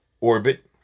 orbit